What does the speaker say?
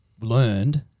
learned